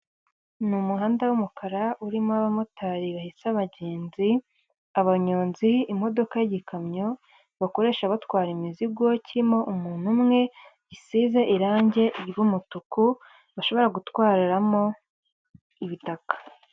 Ni umuhanda w'umukara urimo abamotari bahetse abagenzi, abanyonzi, imodoka y'igikamyo bakoresha batwara imizigo, kirimo umuntu umwe, gisize irange ry'umutuku, bashobora gutwariramo ibitaka.